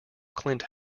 clint